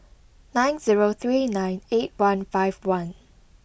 nine zero three nine eight one five one